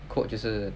quote 就是